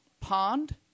pond